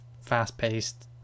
fast-paced